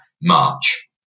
march